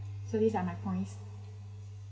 so these are my points